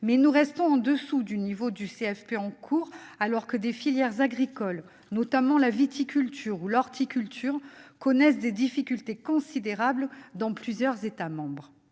mais nous restons au-dessous du niveau du CFP en cours, alors que des filières agricoles, comme la viticulture ou l'horticulture, connaissent des difficultés considérables dans plusieurs États membres.